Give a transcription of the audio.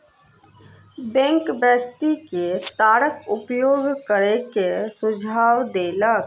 bank व्यक्ति के तारक उपयोग करै के सुझाव देलक